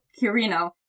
kirino